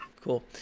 cool